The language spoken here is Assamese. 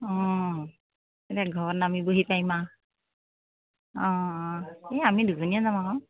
অঁ এনে ঘৰত নামি বুলি পাৰিম আ অঁ অঁ এই আমি দুজনীয়ে যাম আকৌ